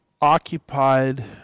occupied